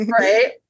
Right